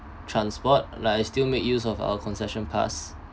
transport like I still make use of our concession pass